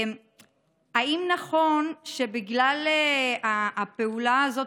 האם נכון שבגלל הפעולה הזאת,